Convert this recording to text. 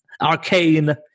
arcane